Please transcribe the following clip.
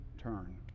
turn